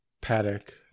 paddock